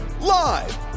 Live